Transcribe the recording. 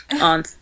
on